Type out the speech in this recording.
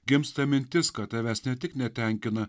gimsta mintis kad tavęs ne tik netenkina